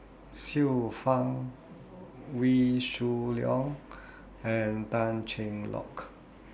Xiu Fang Wee Shoo Leong and Tan Cheng Lock